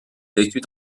vécut